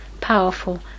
powerful